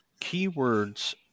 keywords